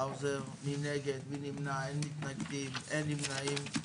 אין מתנגדים ואין נמנעים.